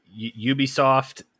Ubisoft